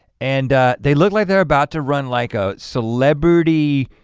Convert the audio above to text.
and they look like they're about to run like a celebrity